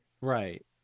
Right